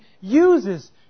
uses